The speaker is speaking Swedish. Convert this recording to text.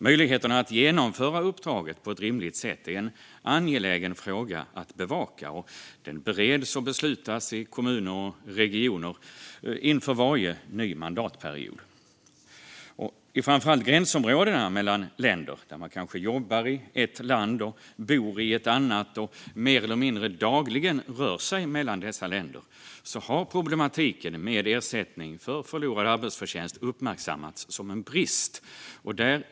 Möjligheterna att genomföra uppdraget på ett rimligt sätt är en angelägen fråga att bevaka, och den bereds och beslutas i kommuner och regioner inför varje ny mandatperiod. I framför allt gränsområden mellan länder, där människor kanske jobbar i ett land och bor i ett annat och mer eller mindre dagligen rör sig mellan länderna, har problematiken med ersättning för förlorad arbetsförtjänst uppmärksammats som en brist.